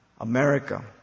America